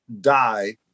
die